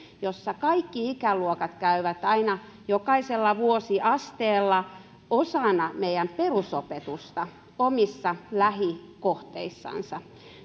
jossa kaikki ikäluokat käyvät aina jokaisella vuosiasteella osana meidän perusopetustamme omissa lähikohteissansa